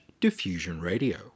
DiffusionRadio